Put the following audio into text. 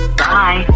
bye